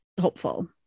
hopeful